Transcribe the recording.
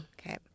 Okay